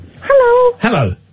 Hello